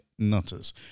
nutters